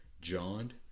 john